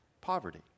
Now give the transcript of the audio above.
poverty